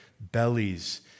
bellies